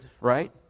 right